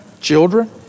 children